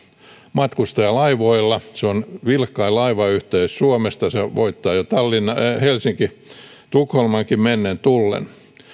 matkustajaa laivoilla se on vilkkain laivayhteys suomesta se voittaa jo helsinki tukholmankin mennen tullen